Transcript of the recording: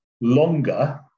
longer